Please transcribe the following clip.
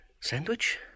Sandwich